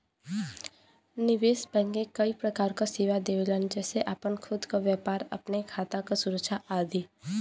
निवेश बैंकिंग कई प्रकार क सेवा देवलन जेसे आपन खुद क व्यापार, अपने खाता क सुरक्षा आदि